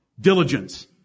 Diligence